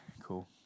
cool